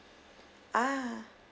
ah